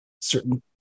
certain